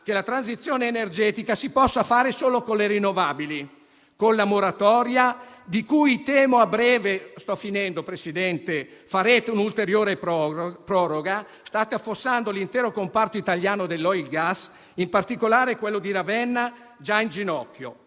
che la transizione energetica si possa fare solo con le rinnovabili. Con la moratoria - di cui temo a breve farete un'ulteriore proroga - state affossando l'intero comparto italiano dell'*oil & gas*, in particolare quello di Ravenna, già in ginocchio.